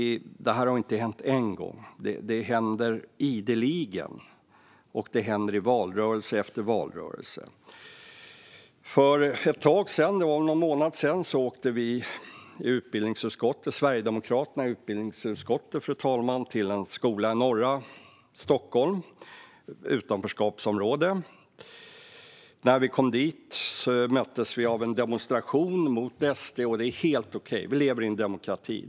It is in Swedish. Det har inte hänt en gång; det händer ideligen, och det händer i valrörelse efter valrörelse. Fru talman! För någon månad sedan åkte vi sverigedemokrater i utbildningsutskottet till en skola i norra Stockholm, i ett utanförskapsområde. När vi kom dit möttes vi av en demonstration mot SD, och det är helt okej. Vi lever i en demokrati.